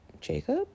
jacob